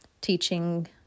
teaching